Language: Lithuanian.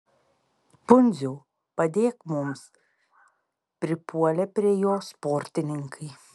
pundziau padėk mums pripuolė prie jo sportininkai